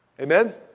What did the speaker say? Amen